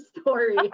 story